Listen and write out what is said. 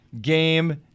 game